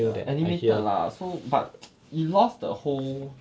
ya animated lah so but he lost the whole